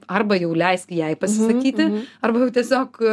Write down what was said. arba jau leisk jai pasisakyti arba jau tiesiog